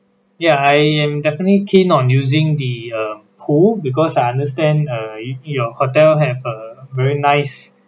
ya I am definitely keen on using the um pool because I understand uh in in your hotel have a very nice